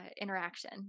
interaction